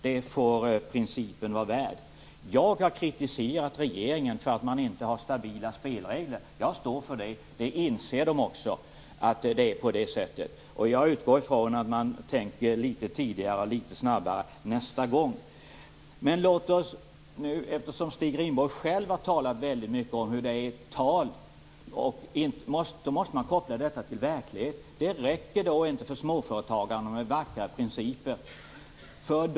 Det får principen vara värd. Jag har kritiserat regeringen för att man inte har stabila spelregler. Jag står för det. Regeringen inser också att det är på det sättet. Jag utgår från att man tänker litet tidigare och litet snabbare nästa gång. Stig Rindborg har talat mycket om hur det är i tal, men man måste koppla det här till verklighet. Det räcker inte för småföretagarna med vackra principer.